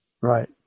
Right